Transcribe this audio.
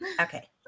Okay